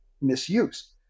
misuse